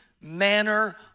manner